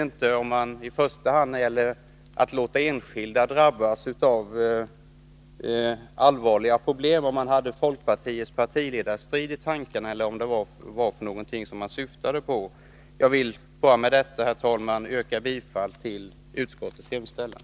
När han talar om att enskilda drabbas av allvarliga problem vet jag inte om han hade folkpartiets partiledarstrid i tankarna eller vad det var han syftade på. Jag vill med detta, herr talman, yrka bifall till utskottets hemställan.